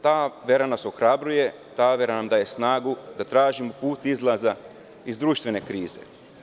Ta vera nas ohrabruje, daje nam snagu da tražimo put izlaza iz društvene krize.